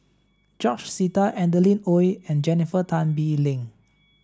George Sita Adeline Ooi and Jennifer Tan Bee Leng